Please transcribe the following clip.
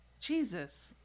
Jesus